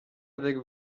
avec